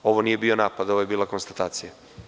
Ovo nije bio napad, ovo je bila konstatacija.